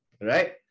right